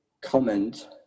comment